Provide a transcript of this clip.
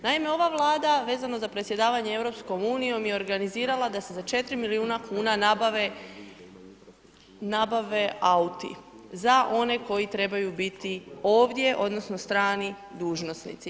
Naime, ova Vlada vezano za predsjedavanje EU je organizirala da se za 4 milijuna kuna nabave, nabave auti za one koji trebaju biti ovdje odnosno strani dužnosnici.